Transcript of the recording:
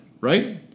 right